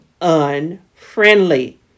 unfriendly